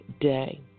day